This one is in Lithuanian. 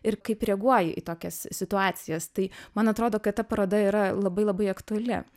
ir kaip reaguoji į tokias situacijas tai man atrodo kad ta paroda yra labai labai aktuali